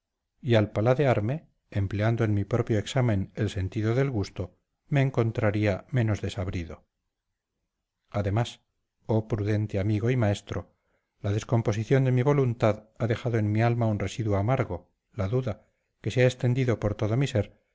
y al paladearme empleando en mi propio examen el sentido del gusto me encontraría menos desabrido además oh prudente amigo y maestro la descomposición de mi voluntad ha dejado en mi alma un residuo amargo la duda que se ha extendido por todo mi ser